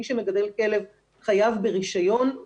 מי שמגדל כלב חייב ברישיון,